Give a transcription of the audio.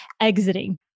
exiting